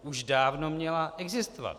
Už dávno měla existovat.